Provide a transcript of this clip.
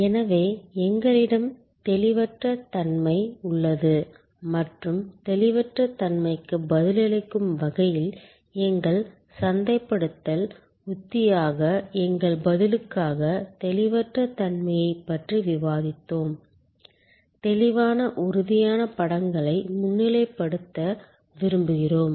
எனவே எங்களிடம் தெளிவற்ற தன்மை உள்ளது மற்றும் தெளிவற்ற தன்மைக்கு பதிலளிக்கும் வகையில் எங்கள் சந்தைப்படுத்தல் உத்தியாக எங்கள் பதிலுக்காக தெளிவற்ற தன்மையைப் பற்றி விவாதித்தோம் தெளிவான உறுதியான படங்களை முன்னிலைப்படுத்த விரும்புகிறோம்